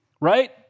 right